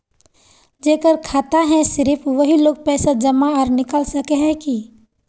जेकर खाता है सिर्फ वही लोग पैसा जमा आर निकाल सके है की?